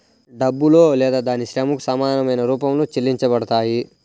డబ్బులో లేదా దాని శ్రమకు సమానమైన రూపంలో చెల్లించబడతాయి